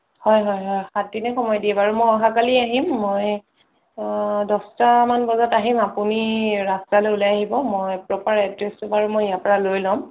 হয় হয় হয় সাতদিনে সময় দিয়ে বাৰু মই অহাকালি আহিম মই দহটা মান বজাত আহিম আপুনি ৰাস্তালৈ ওলাই আহিব মই প্ৰপাৰ এড্ৰেছটো বাৰু মই ইয়াৰ পৰা লৈ ল'ম